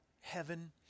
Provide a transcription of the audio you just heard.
heaven